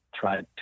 try